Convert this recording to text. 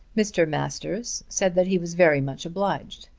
mr. masters said that he was very much obliged.